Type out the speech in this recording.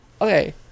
okay